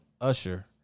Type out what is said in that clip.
Usher